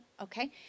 Okay